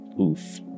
Oof